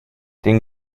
den